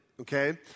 okay